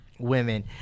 Women